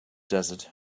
desert